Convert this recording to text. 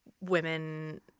women